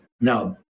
Now